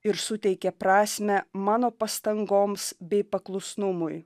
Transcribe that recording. ir suteikė prasmę mano pastangoms bei paklusnumui